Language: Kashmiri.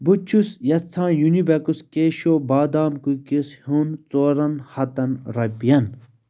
بہٕ چھُس یژھان یوٗنِبِک کیٚشو بادام کُکیٖز ہیوٚن ژورن ہتن رۄپین